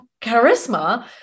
charisma